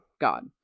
God